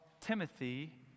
Timothy